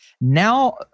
now